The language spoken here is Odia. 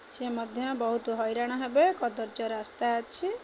ସେ ମଧ୍ୟ ବହୁତ ହଇରାଣ ହେବେ କଦର୍ଯ୍ୟ ରାସ୍ତା ଅଛି